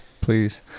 please